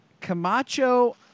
Camacho